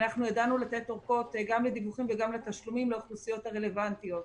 ידענו לתת אורכות גם לדיווחים וגם לתשלומים לאוכלוסיות הרלוונטיות,